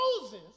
Moses